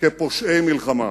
כפושעי מלחמה.